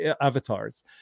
avatars